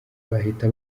bahita